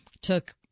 took